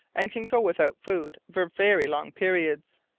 and can go without food for very long periods.